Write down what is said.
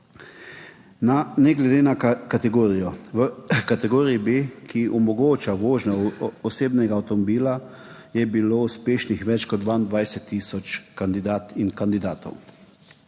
ne glede na kategorijo. V kategoriji B, ki omogoča vožnjo osebnega avtomobila, je bilo uspešnih več kot 22 tisoč kandidatk in kandidatov.